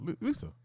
Lisa